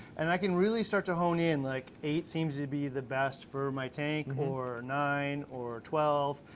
and i can really start to hone in, like eight seems to be the best for my tank, or nine, or twelve,